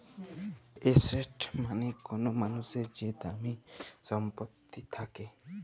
asset মালে কল মালুসের যে দামি ছম্পত্তি থ্যাকে